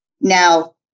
Now